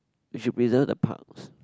we should preserve the parks